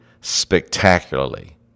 spectacularly